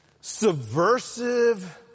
subversive